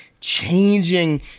changing